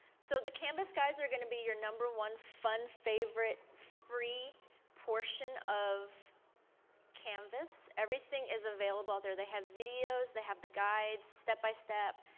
so the canvas guides are going to be your number one fun favorite free portion of canvas. everything is available out there they have videos, they have the guides step by step,